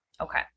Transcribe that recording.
Okay